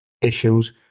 issues